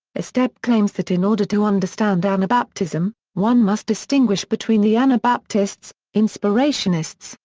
estep claims that in order to understand anabaptism, one must distinguish between the anabaptists, inspirationists,